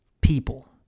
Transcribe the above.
people